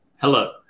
Hello